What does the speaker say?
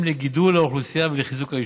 לגידול האוכלוסייה ולחיזוק היישוב,